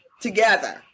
together